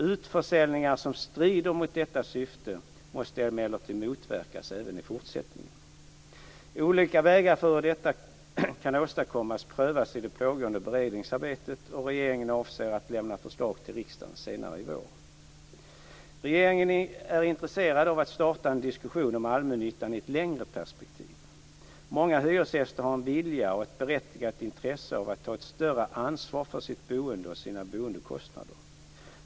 Utförsäljningar som strider mot detta syfte måste emellertid motverkas även i fortsättningen. Olika vägar för hur detta kan åstadkommas prövas i det pågående beredningsarbetet, och regeringen avser att lämna förslag till riksdagen senare i vår. Regeringen är intresserad av att starta en diskussion om allmännyttan i ett längre perspektiv. Många hyresgäster har en vilja och ett berättigat intresse av att ta ett större ansvar för sitt boende och sina boendekostnader.